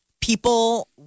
people